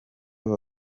baba